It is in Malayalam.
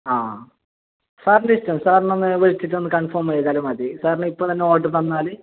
ആ സാറിൻ്റെ ഇഷ്ടം സാറിന് ഒന്ന് വിളിച്ചിട്ട് ഒന്ന് കൺഫേം ചെയ്താലുംമതി സാറിന് ഇപ്പം തന്നെ ഓർഡർ തന്നാൽ